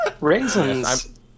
Raisins